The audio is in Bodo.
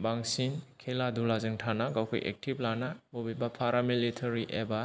बांसिन खेला दुलाजों थाना गावखौ एकटिभ लाना बबेबा पारा मेलेटारि एबा